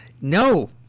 no